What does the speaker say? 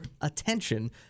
attention